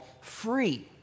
Free